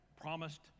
promised